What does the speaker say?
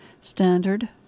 standard